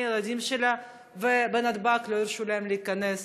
הילדים שלה ובנתב"ג לא הרשו להם להיכנס.